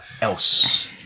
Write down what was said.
else